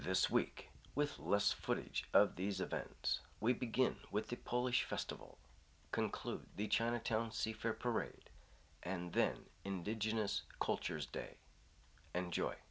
this week with less footage of these events we begin with the polish festival conclude the chinatown seafair parade and then indigenous cultures day enjoy